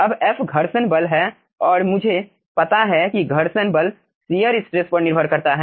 अब f घर्षण बल है और मुझे पता है कि घर्षण बल शियर स्ट्रेस पर निर्भर करता है